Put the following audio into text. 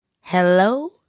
Hello